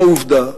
עבודתה,